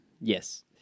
Yes